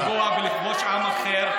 לפגוע ולכבוש עם אחר.